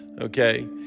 okay